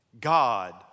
God